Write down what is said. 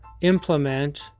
implement